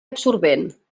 absorbent